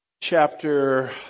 chapter